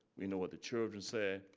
we know what the children said.